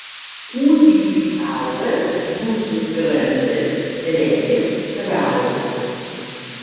kūdikiui augant jūsų skrandis regis trauksis